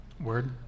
Word